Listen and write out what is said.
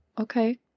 Okay